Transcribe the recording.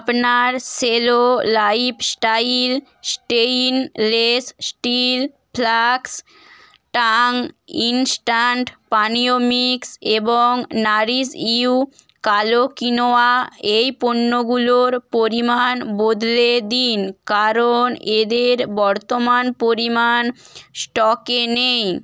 আপনার Cello lifestyle stainless steel flask Tang instant পানীয় mix এবং নাারিশ ইউ কালো কিনোয়া এই পণ্যগুলোর পরিমাণ বদলে দিন কারণ এদের বর্তমান পরিমাণ স্টকে নেই